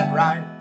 right